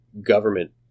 government